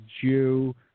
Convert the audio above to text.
Jew